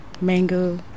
Mango